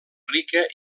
rica